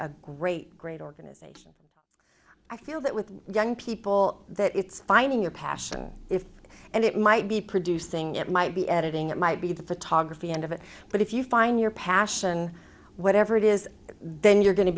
a great great organization i know that with young people it's finding your passion and it might be producing might be editing it might be the photography end of it but if you find your passion whatever it is then you're going to